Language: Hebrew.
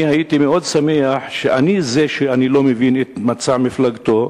אני הייתי מאוד שמח שאני זה שלא מבין את מצע מפלגתו,